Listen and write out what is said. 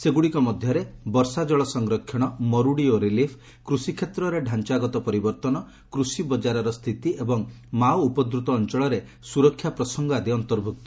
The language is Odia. ସେଗୁଡ଼ିକ ମଧ୍ଘରେ ବର୍ଷା ଜଳ ସଂରକ୍ଷଶ ମରୁଡ଼ି ଓ ରିଲିଫ୍ କୃଷି କ୍ଷେତ୍ରରେ ଡାଞାଗତ ପରିବର୍ଭନ କୃଷି ବଜାରର ସ୍ଥିତି ଏବଂ ମାଓ ଉପଦ୍ରୁତ ଅଞ୍ଞଳରେ ସୁରକ୍ଷା ପ୍ରସଙ୍ଙ ଆଦି ଅନ୍ତର୍ଭୁକ୍ତ